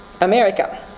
America